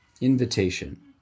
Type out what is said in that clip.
Invitation